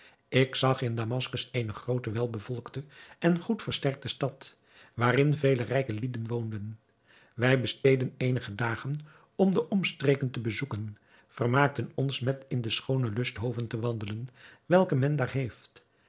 ik zag in damaskus eene groote welbevolkte en goed versterkte stad waarin vele rijke lieden woonden wij besteedden eenige dagen om de omstreken te bezoeken vermaakten ons met in de schoone lusthoven te wandelen welke men daar heeft